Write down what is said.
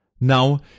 Now